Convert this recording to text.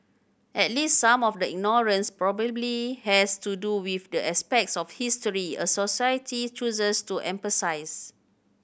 at least some of the ignorance probably has to do with the aspects of history a society chooses to emphasise